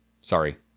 Sorry